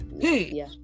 Hey